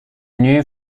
new